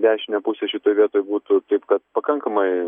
dešinę pusę šitoj vietoj būtų taip kad pakankamai